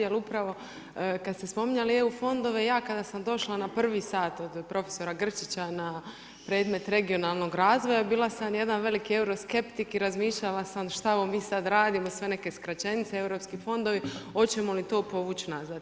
Jer upravo kad ste spominjali EU fondove, ja kada sam došla na prvi sat od prof. Grčića na predmet regionalnog razvoja bila sam jedan veliki euroskeptik i razmišljala sam šta ovo mi sad radimo sve neke skraćenice europski fondovi, hoćemo li to povuć nazad.